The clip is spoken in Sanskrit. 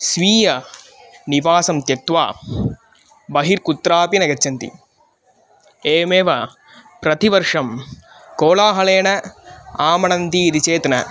स्वीय निवासं त्यक्त्वा बहिः कुत्रापि न गच्छन्ति एवमेव प्रतिवर्षं कोलाहलेन नमन्ति इति चेत् न